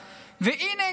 והינה,